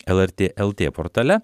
lrt lt portale